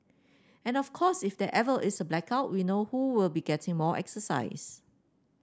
and of course if there ever is a blackout we know who will be getting more exercise